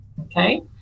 okay